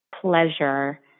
pleasure